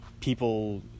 people